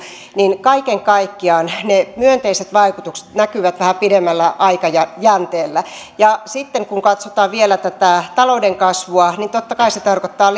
että kaiken kaikkiaan ne myönteiset vaikutukset näkyvät vähän pidemmällä aikajänteellä ja sitten kun katsotaan vielä tätä talouden kasvua niin totta kai se tarkoittaa